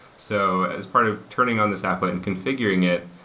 so as part of turning on this applet and configuring it,